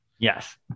Yes